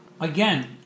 Again